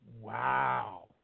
Wow